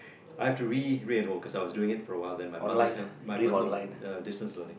I've to re re-enroll doing it for a while then my mother help my uh no distance learning